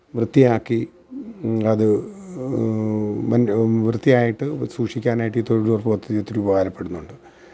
വൃത്തിയാക്കി അത് വന് വൃത്തിയായിട്ടു സൂക്ഷിക്കാനായിട്ട് ഈ തൊഴിലുറപ്പ് പദ്ധതി ഒത്തിരി ഉപകാരപ്പെടുന്നുണ്ട്